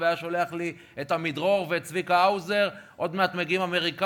והיה שולח לי את עמידרור ואת צביקה האוזר: עוד מעט מגיעים האמריקאים,